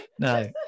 No